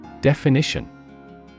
Definition